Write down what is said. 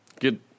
Good